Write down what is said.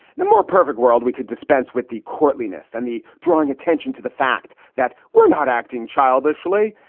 in a more perfect world, we could dispense with the courtliness and the drawing attention to the fact that we're not acting childishly.